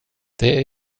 det